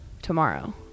tomorrow